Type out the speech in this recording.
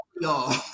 y'all